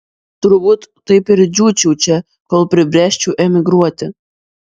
turbūt taip ir džiūčiau čia kol pribręsčiau emigruoti